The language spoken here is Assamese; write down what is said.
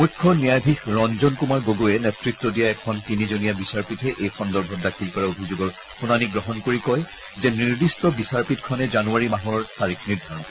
মুখ্য ন্যায়াধীশ ৰঞ্জন কুমাৰ গগৈয়ে নেত্ৰ দিয়া এখন তিনিজনীয়া বিচাৰপীঠে এই সন্দৰ্ভত দাখিল কৰা অভিযোগৰ শুনানি গ্ৰহণ কৰি কয় যে নিৰ্দিষ্ট বিচাৰপীঠখনে জানুৱাৰী মাহৰ তাৰিখ নিৰ্ধাৰণ কৰিব